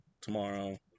tomorrow